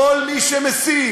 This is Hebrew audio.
כל מי שמסית,